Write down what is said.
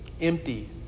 empty